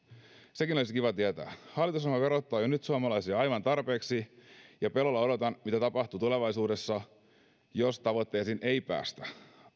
sekin olisi kiva tietää hallitusohjelma verottaa jo nyt suomalaisia aivan tarpeeksi ja pelolla odotan mitä tapahtuu tulevaisuudessa jos tavoitteisiin ei päästä